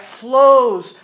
flows